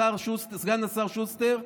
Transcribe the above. סגן השר שוסטר,